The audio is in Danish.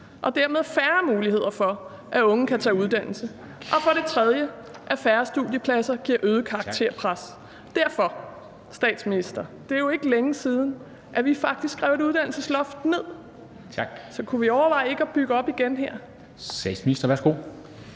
bliver færre muligheder for, at unge kan tage en uddannelse. For det tredje er det, at færre studiepladser giver øget karakterpres. Derfor vil jeg sige til statsministeren: Det er jo ikke længe siden, vi faktisk rev et uddannelsesloft ned. Så kunne vi overveje ikke at bygge det op igen her?